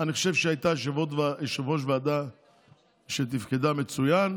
אני חושב שהיא הייתה יושבת-ראש ועדה שתפקדה מצוין.